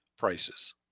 Prices